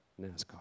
NASCAR